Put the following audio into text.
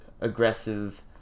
aggressive